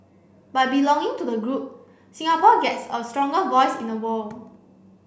by belonging to the group Singapore gets a stronger voice in the world